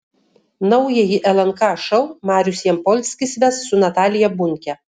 naująjį lnk šou marius jampolskis ves su natalija bunke